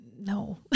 No